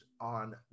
on